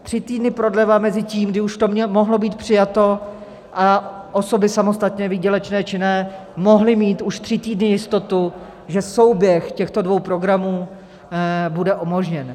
Tři týdny prodleva mezi tím, kdy už to mohlo být přijato, a osoby samostatně výdělečně činné mohly mít už tři týdny jistotu, že souběh těchto dvou programů bude umožněn.